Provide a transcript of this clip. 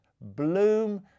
Bloom